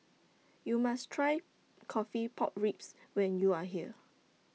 YOU must Try Coffee Pork Ribs when YOU Are here